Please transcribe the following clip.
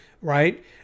right